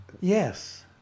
Yes